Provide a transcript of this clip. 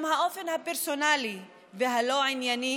גם האופן הפרסונלי והלא-הענייני